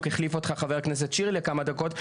החליף אותך חבר הכנסת שירי לכמה דקות.